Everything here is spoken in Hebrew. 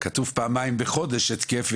כתוב פעמיים בחודש התקף,